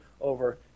over